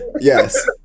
Yes